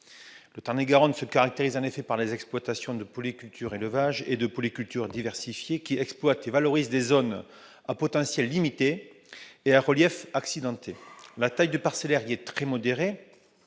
Le Tarn-et-Garonne se caractérise en effet par des exploitations de polyculture-élevage et de polyculture diversifiée, qui exploitent et valorisent des zones à potentiel limité et à relief accidenté. La taille du parcellaire y est très modérée